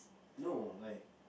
no like